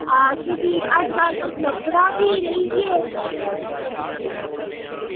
अस बी ठीक अज्जकल तुस लब्भना बी रेही गे